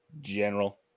General